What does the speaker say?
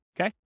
Okay